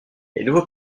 nouveaux